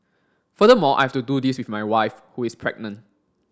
furthermore I have to do this with my wife who is pregnant